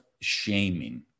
shaming